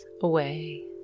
away